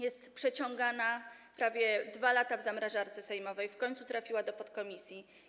Jest przeciągana, prawie 2 lata w zamrażarce sejmowej, w końcu trafiła do podkomisji.